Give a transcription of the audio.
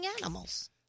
animals